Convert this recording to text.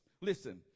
Listen